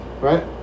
Right